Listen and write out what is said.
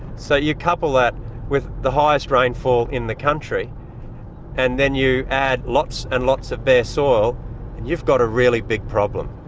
so you couple that with the highest rainfall in the country and then you add lots and lots of bare soil and you've got a really big problem,